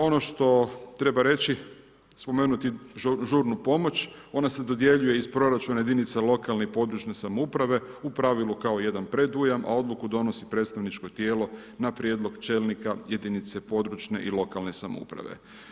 Ono što treba reći, spomenuti žurnu pomoć, ona se dodjeljuje iz proračuna jedinica lokalne i područne samouprave u pravilu kao jedan predujam a odluku donosi predstavničko tijelo na prijedlog čelnika jedinice područne i lokalne samouprave.